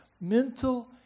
mental